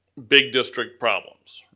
big district problems,